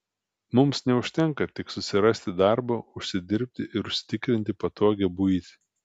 mums neužtenka tik susirasti darbą užsidirbti ir užsitikrinti patogią buitį